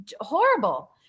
horrible